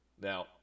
Now